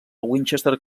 winchester